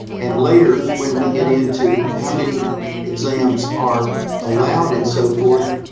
and later when we get into how many exams are allowed and so forth,